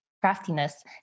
craftiness